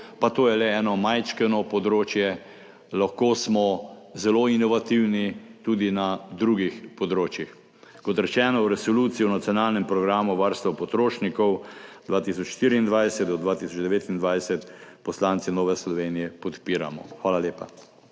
Pa to je le eno malo področje, lahko smo zelo inovativni tudi na drugih področjih. Kot rečeno, Resolucijo o nacionalnem programu varstva potrošnikov 2024–2029 poslanci Nove Slovenije podpiramo. Hvala lepa.